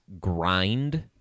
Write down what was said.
grind